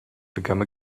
become